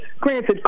Granted